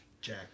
Jack